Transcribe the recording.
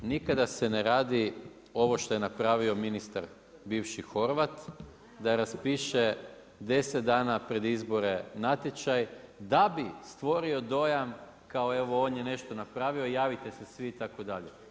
Nikada se ne radi ovo što je napravio ministar bivši Horvat, da raspiše 10 dana pred izbore natječaj, da bi stvorio dojam kao evo on je nešto napravio, javite se svi itd.